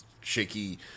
shaky